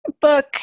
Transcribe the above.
book